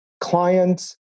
clients